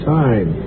time